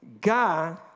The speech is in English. God